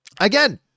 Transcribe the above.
again